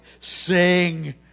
sing